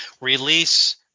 Release